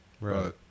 right